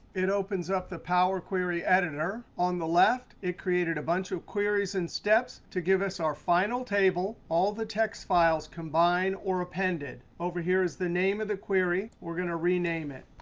it opens up the power query editor. on the left, it created a bunch of queries and steps to give us our final table all the txt files combined or appended. over here is the name of the query. we're going to rename it,